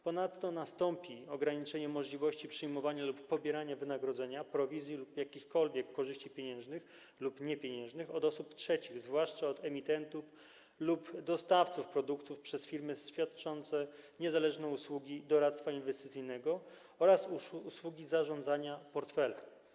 Ponadto nastąpi ograniczenie możliwości przyjmowania lub pobierania wynagrodzenia, prowizji lub jakichkolwiek korzyści pieniężnych lub niepieniężnych od osób trzecich, zwłaszcza od emitentów lub dostawców produktów przez firmy świadczące niezależne usługi doradztwa inwestycyjnego oraz usługi zarządzania portfelem.